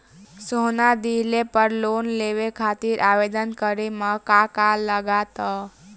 सोना दिहले पर लोन लेवे खातिर आवेदन करे म का का लगा तऽ?